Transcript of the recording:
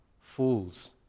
Fools